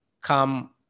come